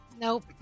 Nope